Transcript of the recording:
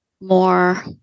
more